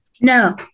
No